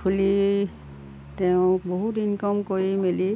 খুলি তেওঁ বহুত ইনকম কৰি মেলি